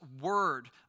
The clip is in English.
word